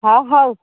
ହଁ ହଉ